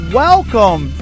welcome